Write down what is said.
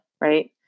Right